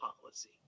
policy